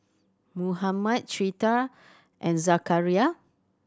Muhammad Citra and Zakaria